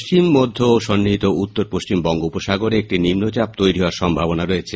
পশ্চিম মধ্য ও সন্নিহিত উত্তর পশ্চিম বঙ্গোপসাগরে একটি নিম্নচাপ তৈরির সম্ভাবনা রয়েছে